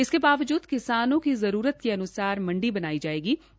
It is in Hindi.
इसके बावजूद किसानों की जरूरत के अन्सार मंडी बनाई जाएंगी